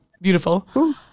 beautiful